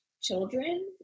children